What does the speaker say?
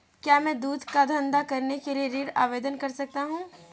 क्या मैं दूध का धंधा करने के लिए ऋण आवेदन कर सकता हूँ?